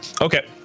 Okay